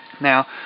now